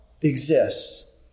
exists